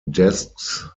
desks